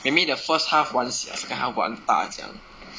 that mean the first half 玩小 second half 玩大这样